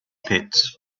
pits